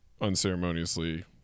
unceremoniously